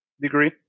degree